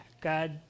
God